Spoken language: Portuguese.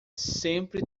sempre